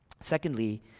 Secondly